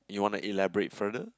you want to elaborate further